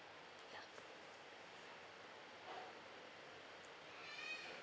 yeah